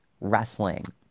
wrestling